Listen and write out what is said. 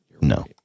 No